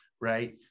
Right